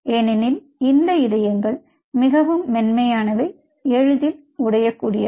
ஏனெனில் இந்த இதயங்கள் மிகவும் மென்மையானவை எளிதில் உடையக்கூடியவை